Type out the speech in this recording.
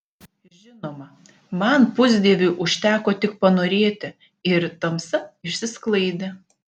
žinoma man pusdieviui užteko tik panorėti ir tamsa išsisklaidė